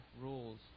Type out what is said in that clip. rules